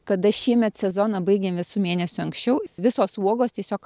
kada šiemet sezoną baigėm visu mėnesiu anksčiau visos uogos tiesiog